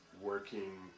working